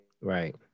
right